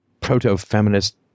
proto-feminist